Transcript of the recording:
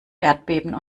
erdbeben